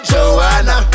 Joanna